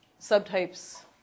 subtypes